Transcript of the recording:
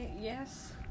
yes